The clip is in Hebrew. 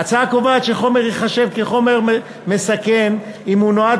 ההצעה קובעת שחומר ייחשב לחומר מסכן אם הוא נועד